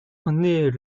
nait